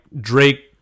Drake